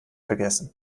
vergessen